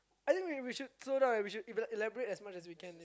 I think we we should slow down eh we should ela~ elaborate as much as we can